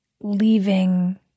leaving